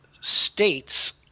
states